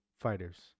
Fighters